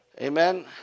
Amen